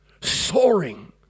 soaring